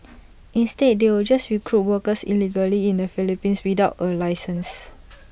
instead they will just recruit workers illegally in the Philippines without A licence